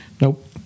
nope